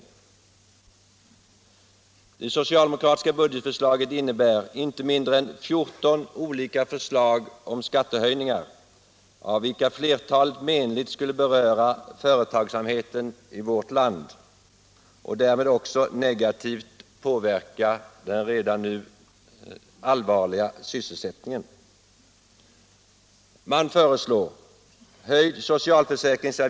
Det socialdemokratiska budgetförslaget innehåller inte mindre än 14 olika förslag om skattehöjningar av vilka flertalet menligt skulle beröra företagsamheten i vårt land och därmed också negativt påverka de redan nu allvarliga sysselsättningssvårigheterna.